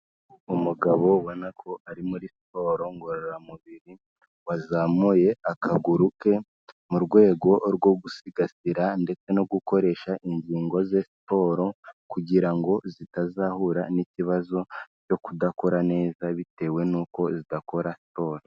Umugabo ubona ko ari muri siporo ngororamubiri wazamuye akaguru ke mu rwego rwo gusigasira ndetse no gukoresha ingingo ze siporo, kugira ngo zitazahura n'ikibazo cyo kudakora neza bitewe n'uko zidakora siporo.